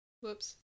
Whoops